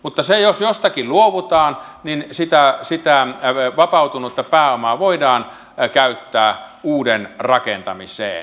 mutta jos jostakin luovutaan niin sitä vapautunutta pääomaa voidaan käyttää uuden rakentamiseen